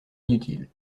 inutile